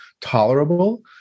tolerable